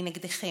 אני נגדכם,